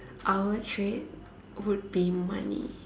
our treat would be money